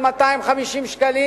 של 250 שקלים,